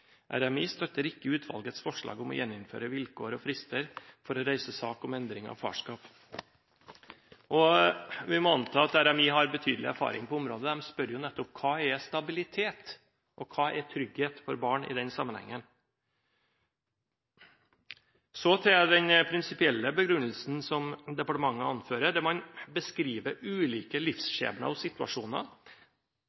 RMI støtter ikke utvalgets forslag om å gjeninnføre vilkår og frister for å reise sak om endring av farskap.» Vi må anta at RMI har betydelig erfaring på området. De spør jo nettopp: Hva er stabilitet, og hva er trygghet for barn i den sammenhengen? Så til den prinsipielle begrunnelsen som departementet anfører, der man beskriver ulike